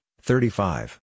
thirty-five